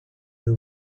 they